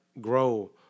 grow